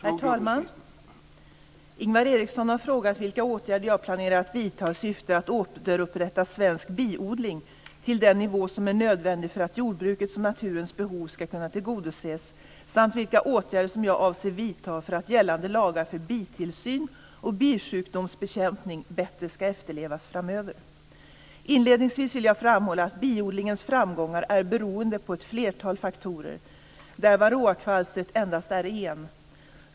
Herr talman! Ingvar Eriksson har frågat vilka åtgärder jag planerar att vidta i syfte att återupprätta svensk biodling till den nivå som är nödvändig för att jordbrukets och naturens behov ska kunna tillgodoses samt vilka åtgärder som jag avser vidta för att gällande lagar för bitillsyn och bisjukdomsbekämpning bättre ska efterlevas framöver. Inledningsvis vill jag framhålla att biodlingens framgångar är beroende av ett flertal faktorer, där varroakvalstret endast är en.